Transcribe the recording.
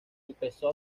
empezó